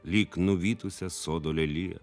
lyg nuvytusią sodo leliją